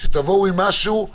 שתבואו עם משהו,